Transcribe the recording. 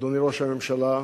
ראש הממשלה,